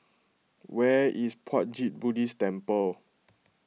where is Puat Jit Buddhist Temple